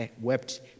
wept